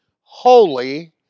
holy